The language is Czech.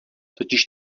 totiž